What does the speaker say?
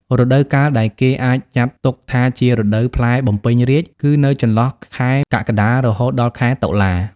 រដូវកាលដែលគេអាចចាត់ទុកថាជា រដូវកាលផ្លែបំពេញរាជ្យ គឺនៅចន្លោះខែ កក្កដា រហូតដល់ខែតុលា។